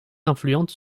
influente